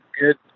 good